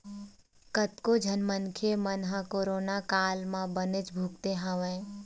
कतको झन मनखे मन ह कोरोना काल म बनेच भुगते हवय